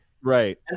right